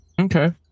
okay